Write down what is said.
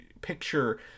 picture